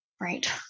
right